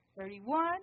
thirty-one